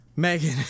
Megan